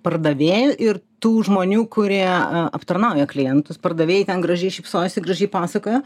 pardavėjų ir tų žmonių kurie aptarnauja klientus pardavėjai ten gražiai šypsojosi gražiai pasakoja